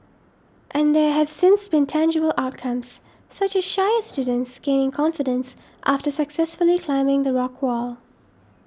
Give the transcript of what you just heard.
and there have since been tangible outcomes such as shyer students gaining confidence after successfully climbing the rock wall